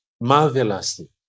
marvelously